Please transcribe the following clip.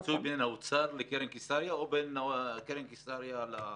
השיח הוא בין האוצר לקרן קיסריה או בין קרן קיסריה לצה"ל?